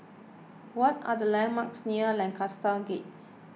What are the landmarks near Lancaster Gate